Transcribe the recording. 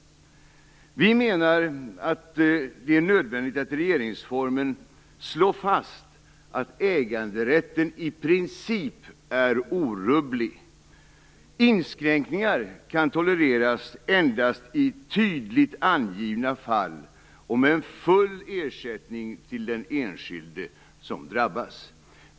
Vi menar att det är nödvändigt att man i regeringsformen slår fast att äganderätten i princip är orubblig. Inskränkningar kan tolereras endast i tydligt angivna fall och med full ersättning till den enskilde som drabbas.